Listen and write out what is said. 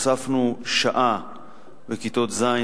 הוספנו שעה בכיתות ז',